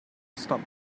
stomach